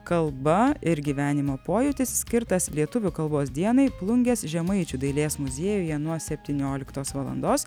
kalba ir gyvenimo pojūtis skirtas lietuvių kalbos dienai plungės žemaičių dailės muziejuje nuo septynioliktos valalandos